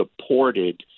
supported